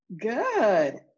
Good